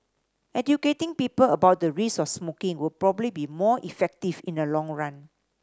educating people about the risks of smoking would probably be more effective in the long run